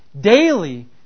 daily